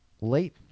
late